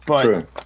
True